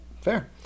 Fair